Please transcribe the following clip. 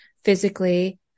physically